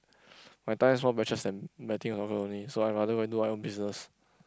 my time is more precious than betting only so I rather go do my own business